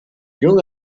young